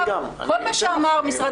כל מה שאמר משרד